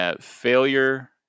failure